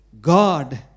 God